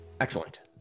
excellent